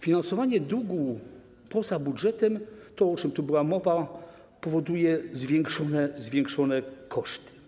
Finansowanie długu poza budżetem - to, o czym tu była mowa - powoduje zwiększone koszty.